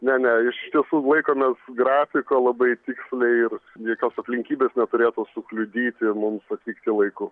ne ne iš tiesų laikomės grafiko labai tiksliai ir jokios aplinkybės neturėtų sukliudyti mums atvykti laiku